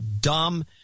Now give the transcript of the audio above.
dumb